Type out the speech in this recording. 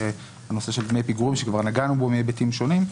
הנושא של דמי פיגורים שכבר נגענו בו מהיבטים שונים.